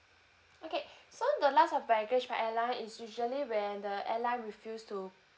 okay so the lost of baggage by airline is usually when the airline refuse to